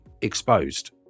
exposed